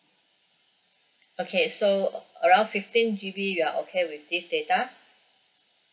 okay so around fifteen G_B you are okay with this data